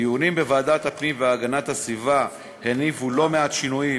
הדיונים בוועדת הפנים והגנת הסביבה הניבו לא מעט שינויים